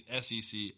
SEC